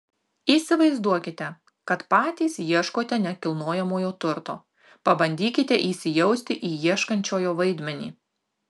įsivaizduokite kad patys ieškote nekilnojamojo turto pabandykite įsijausti į ieškančiojo vaidmenį